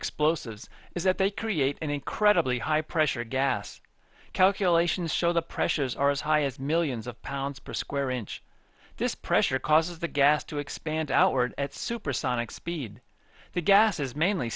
explosives is that they create an incredibly high pressure gas calculations show the pressures are as high as millions of pounds per square inch this pressure causes the gas to expand outward at supersonic speed the gases mainly